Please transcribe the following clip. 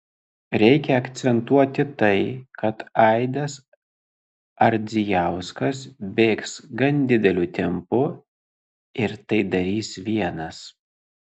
reikia akcentuoti tai kad aidas ardzijauskas bėgs gan dideliu tempu ir tai darys vienas